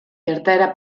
gertaera